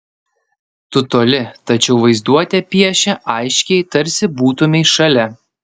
tu toli tačiau vaizduotė piešia aiškiai tarsi būtumei šalia